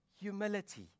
humility